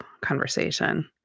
conversation